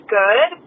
good